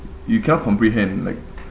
you can't comprehend like